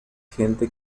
gente